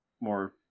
more